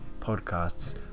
podcasts